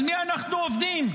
על מי אנחנו עובדים?